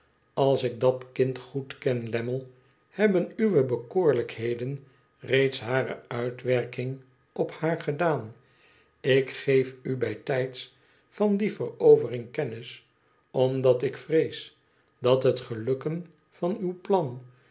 als ik dat kind goed ken lammie hebben uwe bekoorlijkheden reeds hare uitwerking op haar gedaan ik geef u bijtijds van die verovering kennis omdat ik vrees dat het gelukken van uw plan